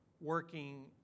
working